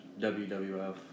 WWF